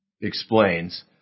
explains